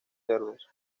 cerdos